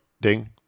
ding